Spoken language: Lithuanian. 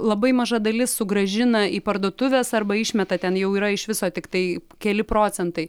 labai maža dalis sugrąžina į parduotuves arba išmeta ten jau yra iš viso tiktai keli procentai